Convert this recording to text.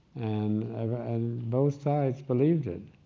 and and both sides believed it.